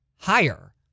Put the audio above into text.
higher